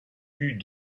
eût